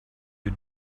you